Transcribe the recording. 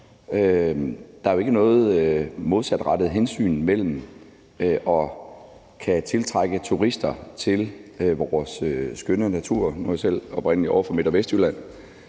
Det er jo ikke noget modsatrettet hensyn at kunne tiltrække turister til vores skønne natur. Nu er jeg selv oprindelig ovre fra Midt- og Vestjylland